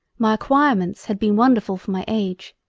my acquirements had been wonderfull for my age,